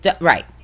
right